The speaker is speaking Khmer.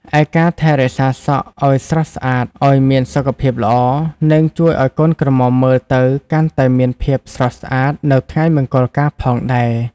ឯការថែរក្សាសក់អោយស្រស់ស្អាតអោយមានសុខភាពល្អ នឹងជួយឱ្យកូនក្រមុំមើលទៅកាន់តែមានភាពស្រស់ស្អាតនៅថ្ងៃមង្គលការផងដែរ ។